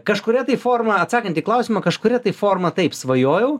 kažkuria tai forma atsakant į klausimą kažkuria tai forma taip svajojau